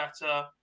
better